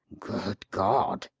good god!